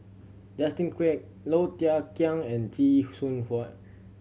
Justin Quek Low Thia Khiang and Chee Soon Huan